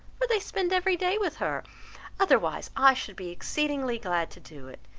for they spend every day with her otherwise i should be exceedingly glad to do it.